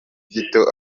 gito